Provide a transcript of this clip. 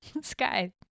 Sky